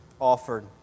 offered